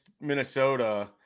Minnesota